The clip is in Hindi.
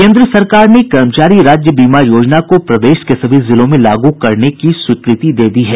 केन्द्र सरकार ने कर्मचारी राज्य बीमा योजना को प्रदेश के सभी जिलों में लागू करने की स्वीकृति दे दी है